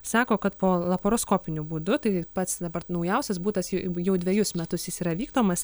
sako kad po laparoskopiniu būdu tai pats dabar naujausias būtas jau dvejus metus jis yra vykdomas